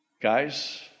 guys